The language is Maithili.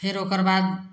फेर ओकर बाद